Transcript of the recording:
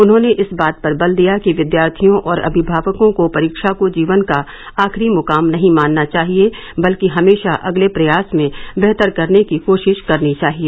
उन्होंने इस बात पर बल दिया कि विद्यार्थियों और अमिमावकों को परीक्षा को जीवन का आखिरी मुकाम नहीं मानना चाहिए बल्कि हमेशा अगले प्रयास में बेहतर करने की कोशिश करनी चाहिए